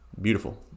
beautiful